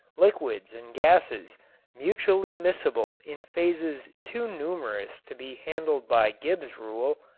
liquids and gases mutually miscible in phases too numerous to be handled by gibbs's rule.